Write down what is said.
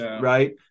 right